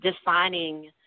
defining